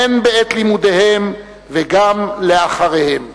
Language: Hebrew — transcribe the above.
הן בעת לימודיהם וגם לאחריהם.